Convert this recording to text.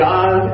God